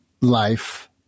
life